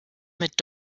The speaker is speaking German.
mit